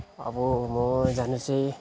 अब म जानु चाहिँ